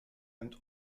and